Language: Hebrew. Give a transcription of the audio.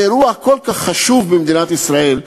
אירוע כל כך חשוב במדינת ישראל,